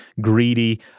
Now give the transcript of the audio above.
greedy